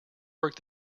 worked